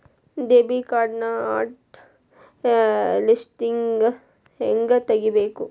debit ಕಾರ್ಡ್ನ hot ಲಿಸ್ಟ್ನಿಂದ ಹೆಂಗ ತೆಗಿಬೇಕ